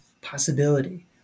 possibility